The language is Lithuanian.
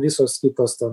visos kitos ten